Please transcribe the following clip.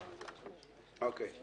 אוקיי.